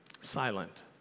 silent